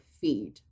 feed